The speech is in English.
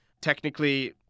Technically